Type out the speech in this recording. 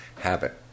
habit